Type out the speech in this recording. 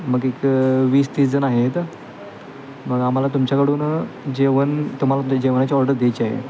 मग एक वीस तीसजण आहेत मग आम्हाला तुमच्याकडून जेवण तुम्हाला तर जेवणाची ऑर्डर द्यायची आहे